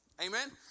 amen